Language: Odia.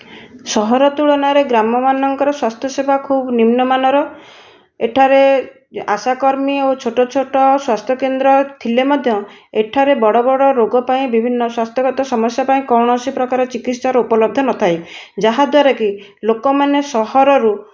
ସହର ତୁଳନାରେ ଗ୍ରାମମାନଙ୍କର ସ୍ୱାସ୍ଥ୍ୟ ସେବା ଖୁବ ନିମ୍ନମାନର ଏଠାରେ ଆଶା କର୍ମୀ ଆଉ ଛୋଟ ଛୋଟ ସ୍ୱାସ୍ଥ୍ୟକେନ୍ଦ୍ର ଥିଲେ ମଧ୍ୟ ଏଠାରେ ବଡ଼ ବଡ଼ ରୋଗ ପାଇଁ ବିଭିନ୍ନ ସ୍ୱାସ୍ଥ୍ୟଗତ ସମସ୍ୟା ପାଇଁ କୌଣସି ପ୍ରକାର ଚିକିତ୍ସାର ଉପଲବ୍ଧ ନଥାଏ ଯାହା ଦ୍ୱାରା କି ଲୋକମାନେ ସହରରୁ